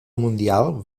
mundial